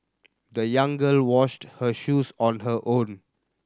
the young girl washed her shoes on her own